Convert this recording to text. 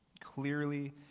clearly